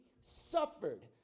suffered